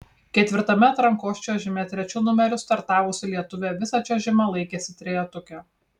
ketvirtame atrankos čiuožime trečiu numeriu startavusi lietuvė visą čiuožimą laikėsi trejetuke